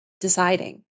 deciding